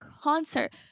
concert